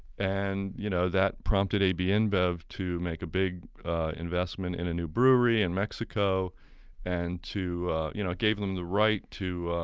and you know that prompted abn bev to make a big investment in a new brewery in mexico and it you know gave them the right to